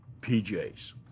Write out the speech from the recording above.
PJs